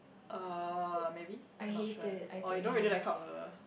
uh maybe you not sure or you don't really like cup noodle